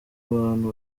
bantu